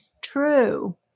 true